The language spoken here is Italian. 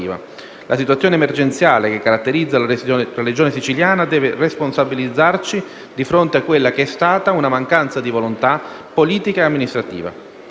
La situazione emergenziale che caratterizza la Regione Siciliana deve responsabilizzarci di fronte a quella che è stata una mancanza di volontà, politica e amministrativa.